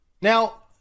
Now